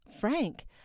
frank